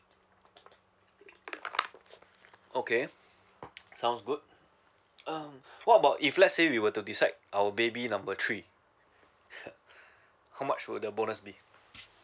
okay sounds good um what about if let's say we were to decide our baby number three how much would the bonus be